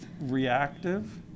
Reactive